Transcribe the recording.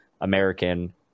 American